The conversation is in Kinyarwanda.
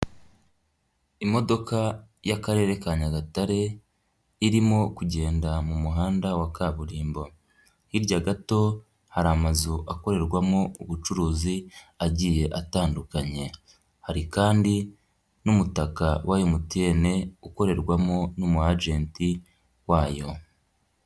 Imodoka y'akarere ka Nyagatare irimo kugenda mu muhanda wa kaburimbo, hirya gato hari amazu akorerwamo ubucuruzi agiye atandukanye, hari kandi n'umutaka wa MTN ukorerwamo n'umu ajenti wayo.